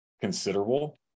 considerable